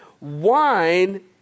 Wine